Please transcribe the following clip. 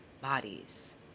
bodies